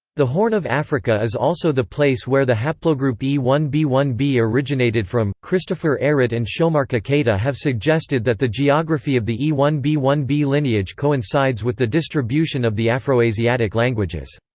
the horn of africa is also the place where the haplogroup e one b one b originated from, christopher ehret and shomarka keita have suggested that the geography of the e one b one b lineage coincides with the distribution of the afroasiatic languages.